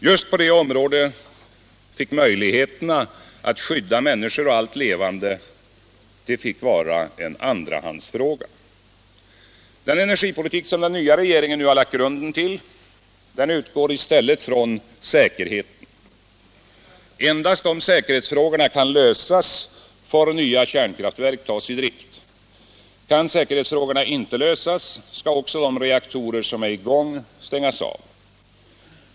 Just på detta område fick möjligheterna att skydda människor och allt levande vara en andrahandsfråga. Den energipolitik som den nya regeringen nu har lagt grunden till utgår i stället från säkerheten. Endast om säkerhetsfrågorna kan lösas får nya kärnkraftverk tas i drift. Kan säkerhetsproblemen inte lösas skall också de reaktorer som är i gång stängas av.